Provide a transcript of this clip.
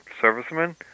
servicemen